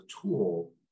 tool